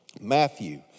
Matthew